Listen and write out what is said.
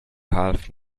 half